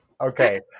Okay